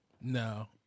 No